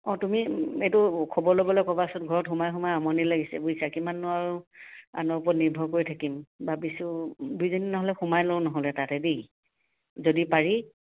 অঁ তুমি এইটো খবৰ ল'বলৈ ক'বাচোন ঘৰত সোমাই সোমাই আমনি লাগিছে বুইছা কিমাননো আৰু আনৰ ওপৰত নিৰ্ভৰ কৰি থাকিম ভাবিছো দুয়োজনী নহ'লে সোমাই লওঁ নহ'লে তাতে দেই যদি পাৰি